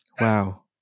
wow